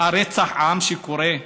רצח העם שקורה?